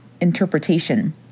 interpretation